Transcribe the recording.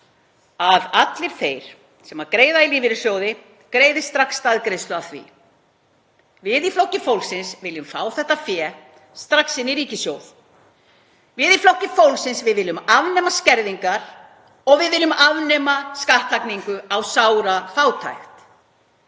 að allir þeir sem greiða í lífeyrissjóði greiði strax staðgreiðslu af því. Við í Flokki fólksins viljum fá þetta fé strax inn í ríkissjóð. Við í Flokki fólksins viljum afnema skerðingar og við viljum afnema skattlagningu á sárafátækt.